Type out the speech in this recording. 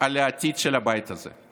על העתיד של הבית הזה.